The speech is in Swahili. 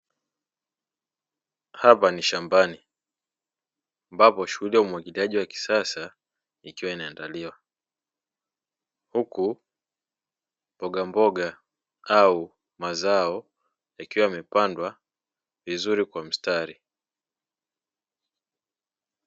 Hapa ni shambani ambapo shughuli ya umwagiliaji wa kisasa ikiwa inaandaliwa, huku mbogamboga au mazao yakiwa yamepandwa vizuri kwa mstari.